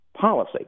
policy